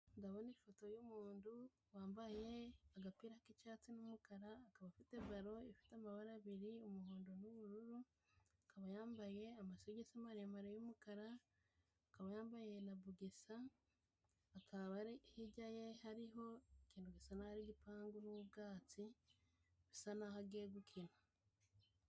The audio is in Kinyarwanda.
Ndabona ifoto y'umundu wambaye agapira k'icyatsi n'umukara, akaba afite baro ifite amabara abiri umuhondo nubururu, akaba yambaye amasogisi maremare yumukara, akaba yambaye na bogisa, akaba ari hirya ye hariho ikintu gisa n'aho ari ipangu n'ubwatsi bisa n'aho agiye gukeba.